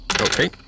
Okay